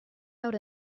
out